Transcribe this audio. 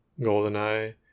Goldeneye